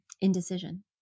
indecision